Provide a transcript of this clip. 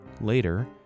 Later